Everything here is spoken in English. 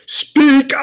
Speak